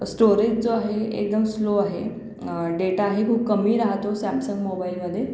storage जो आहे एकदम स्लो आहे डेटाही खूप कमी राहतो सॅमसंग मोबाइलमध्ये